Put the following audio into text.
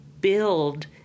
build